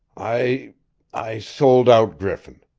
i i sold out griffin.